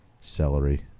celery